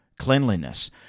cleanliness